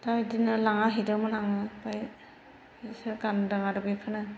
दा बिदिनो लांना हैदोंमोन आङो ओमफ्राय बिसोर गानदों आरो बेखौनो